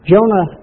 Jonah